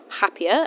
happier